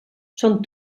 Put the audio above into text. són